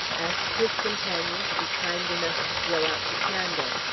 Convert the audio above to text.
asked his companion to be kind enough to blow out the candle.